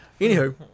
anywho